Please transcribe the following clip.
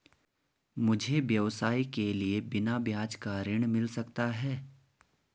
मुझे व्यवसाय के लिए बिना ब्याज का ऋण मिल सकता है?